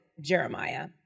Jeremiah